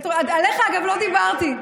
עליך אגב לא דיברתי.